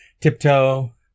tiptoe